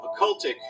occultic